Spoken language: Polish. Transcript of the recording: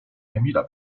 emila